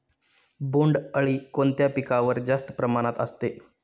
बोंडअळी कोणत्या पिकावर जास्त प्रमाणात असते?